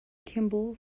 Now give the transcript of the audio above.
kimball